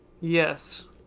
Yes